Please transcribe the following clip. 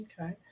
okay